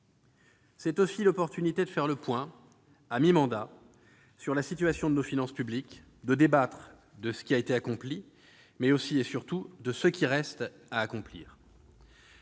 C'est aussi l'occasion de faire le point, à mi-mandat, sur la situation de nos finances publiques, de débattre de ce qui a été accompli, mais aussi, et surtout, de ce qui reste à accomplir.